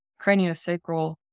craniosacral